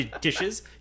dishes